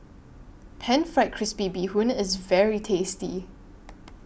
Pan Fried Crispy Bee Bee Hoon IS very tasty